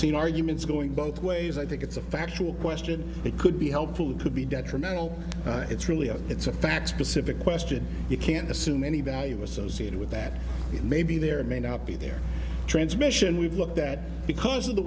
seen arguments going both ways i think it's a factual question it could be helpful it could be detrimental it's really a it's a fact specific question you can't assume any value associated with that it may be there may not be there transmission we've looked at because of the